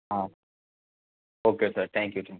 હા okay sir thank you thank